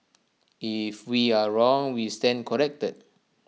if we are wrong we stand corrected